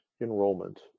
enrollment